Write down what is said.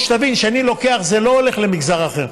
שתבין, כשאני לוקח, זה לא הולך למגזר אחר.